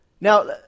Now